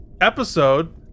episode